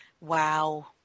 Wow